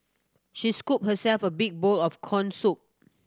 she scooped herself a big bowl of corn soup